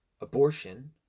Abortion